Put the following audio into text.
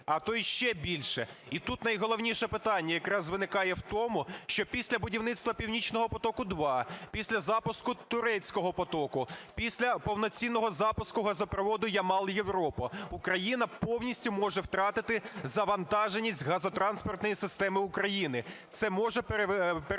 а то ще й більше. І тут найголовніше питання якраз виникає в тому, що після будівництва "Північного потоку-2", після запуску "Турецького потоку", після повноцінного запуску газопроводу "Ямал-Європа" Україна повністю може втратити завантаженість газотранспортної системи України, це може перетворитися